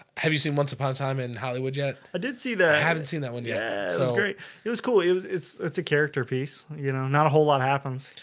have you seen once upon a time and hollywood yet? i did see that i haven't seen that one. yeah, that's so great it was cool. it was it's it's a character piece, you know, not a whole lot happens.